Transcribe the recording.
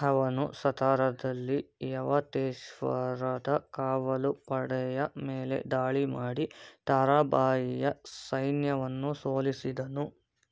ಅವನು ಸತಾರಾದಲ್ಲಿ ಯವತೇಶ್ವರದ ಕಾವಲು ಪಡೆಯ ಮೇಲೆ ದಾಳಿ ಮಾಡಿ ತಾರಾಬಾಯಿಯ ಸೈನ್ಯವನ್ನು ಸೋಲಿಸಿದನು